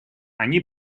они